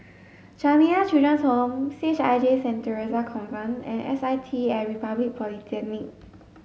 Jamiyah Children's Home C H I J Saint Theresa's Convent and S I T at Republic Polytechnic